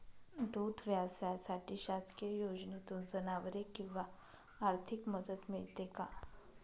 दूध व्यवसायासाठी शासकीय योजनेतून जनावरे किंवा आर्थिक मदत मिळते का?